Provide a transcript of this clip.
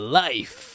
life